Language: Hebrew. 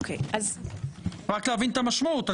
רק להבין את המשמעות,